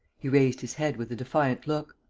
he raised his head with a defiant look.